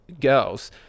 girls